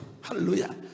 hallelujah